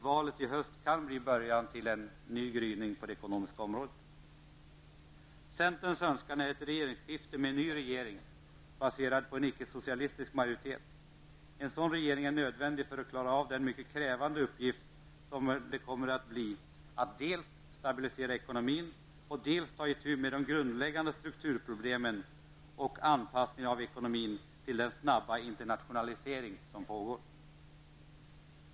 Valet i höst kan bli början till en ny gryning på det ekonomiska området. Centerns önskan är ett regeringsskifte med en ny regering baserad på en icke-socialistisk majoritet. En sådan regeringen är nödvändig för att klara av den mycket krävande uppgift som det kommer att bli att dels stabilisera ekonomin, dels ta itu med de grundläggande strukturproblemen och anpassningen av ekonomin till den snabba internationalisering som pågår.